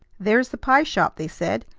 there's the pie-shop, they said,